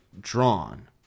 drawn